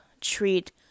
treat